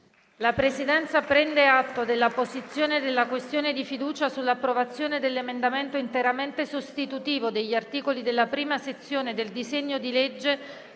La Presidenza prende atto della posizione della questione di fiducia sull'approvazione dell'emendamento interamente sostitutivo degli articoli della prima sezione del disegno di legge,